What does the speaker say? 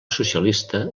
socialista